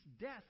death